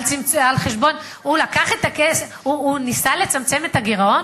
הוא ניסה לצמצם את הגירעון?